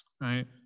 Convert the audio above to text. right